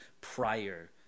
prior